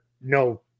no